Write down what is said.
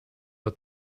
der